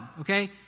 Okay